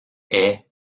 haies